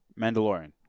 Mandalorian